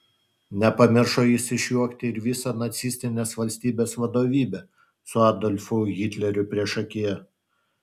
nepamiršo jis išjuokti ir visą nacistinės valstybės vadovybę su adolfu hitleriu priešakyje